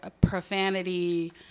profanity